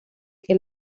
que